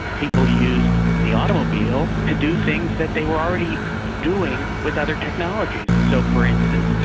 people used the automobile to do things that they were already doing with other technologies. so for instance,